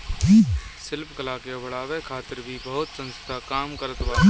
शिल्प कला के बढ़ावे खातिर भी बहुते संस्थान काम करत बाने